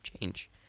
change